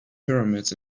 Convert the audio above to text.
pyramids